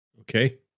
Okay